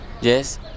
Yes